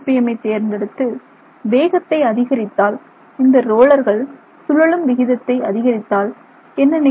ஐ தேர்ந்தெடுத்து வேகத்தை அதிகரித்தால் இந்த ரோலர்கள் சுழலும் விகிதத்தை அதிகரித்தால் என்ன நிகழும்